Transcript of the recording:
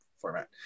format